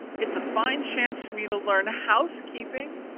it's a fine chance for me to learn housekeeping.